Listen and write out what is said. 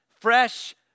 fresh